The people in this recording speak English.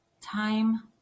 time